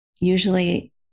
Usually